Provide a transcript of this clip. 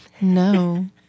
no